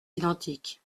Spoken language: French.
identiques